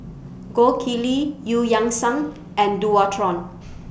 Gold Kili EU Yang Sang and Dualtron